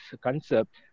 concept